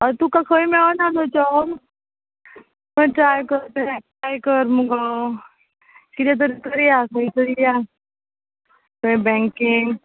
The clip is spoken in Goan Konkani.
हय तुका खंय मेळोना गो जोब खंय ट्राय कर तरी ट्राय कर मुगो किदें तरी करया खंय तरी या थंय बँकीन